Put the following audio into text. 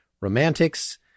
romantics